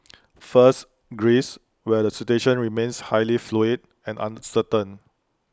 first Greece where the situation remains highly fluid and uncertain